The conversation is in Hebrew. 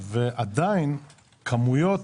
ועדיין כמויות